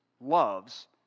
loves